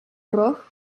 roh